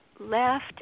left